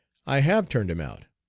i have turned him out.